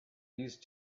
used